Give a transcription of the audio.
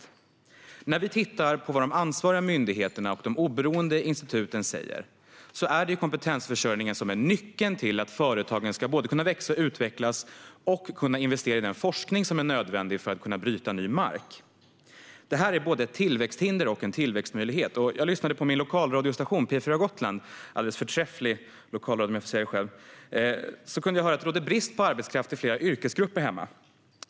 När vi tittar på vad de ansvariga myndigheterna och de oberoende instituten säger ser vi att det är kompetensförsörjningen som är nyckeln till att företagen ska kunna växa och utvecklas samt investera i den forskning som är nödvändig för att kunna bryta ny mark. Detta är både ett tillväxthinder och en tillväxtmöjlighet. När jag lyssnade på min lokalradiostation P4 Gotland - en alldeles förträfflig lokalradio om jag får säga det själv - kunde jag höra att det råder brist på arbetskraft i flera yrkesgrupper på Gotland.